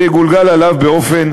זה יגולגל אליו באופן